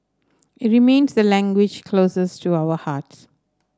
it remains the language closest to our hearts